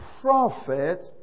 prophet